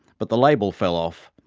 but the label fell off,